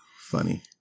Funny